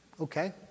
Okay